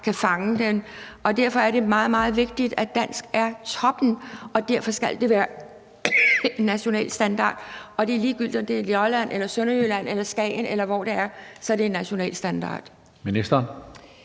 sagt. Derfor er det meget, meget vigtigt, at dansk har topprioritet, og derfor skal der være en national standard, og det er ligegyldigt, om det er på Lolland eller i Sønderjylland eller i Skagen, eller hvor det er; så skal der være en national standard. Kl.